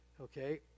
okay